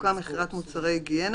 עיסוקה מכירת מוצרי היגיינה